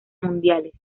mundiales